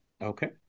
Okay